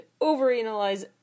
overanalyze